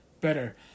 better